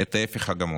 את ההפך הגמור.